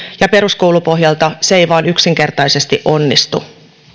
ja peruskoulupohjalta se ei vain yksinkertaisesti onnistu